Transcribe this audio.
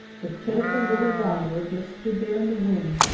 the pitiful little wanderer just stood there in the wind,